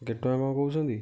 କେତେ ଟଙ୍କା କ'ଣ କହୁଛନ୍ତି